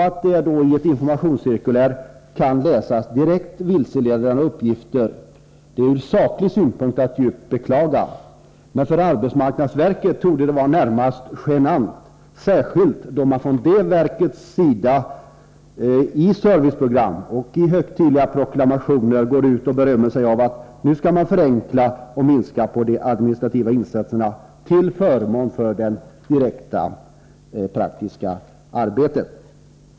Att man i ett informationscirkulär kan läsa direkt vilseledande uppgifter är från saklig synpunkt att djupt beklaga. För arbetsmarknadsverket torde det vara närmast genant, särskilt då man från det verket i serviceprogram och i högtidliga proklamationer berömmer sig av att man skall förenkla och minska på de administrativa insatserna till förmån för det praktiska arbetet.